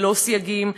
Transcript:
ללא סייגים,